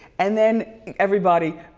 and then everybody,